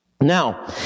Now